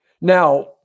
Now